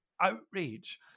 outrage